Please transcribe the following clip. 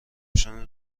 پوشان